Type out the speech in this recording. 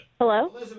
Hello